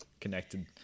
connected